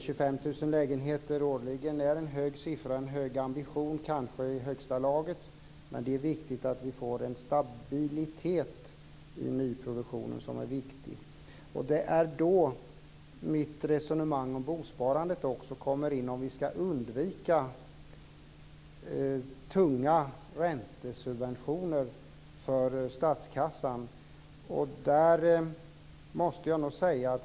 25 000 lägenheter årligen är en hög ambition, kanske i högsta laget. Men det är viktigt att vi får en stabilitet i nyproduktionen. Det är där mitt resonemang om bosparandet kommer in, om vi ska undvika tunga räntesubventioner för statskassan.